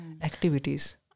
activities